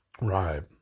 Right